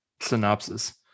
synopsis